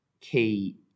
key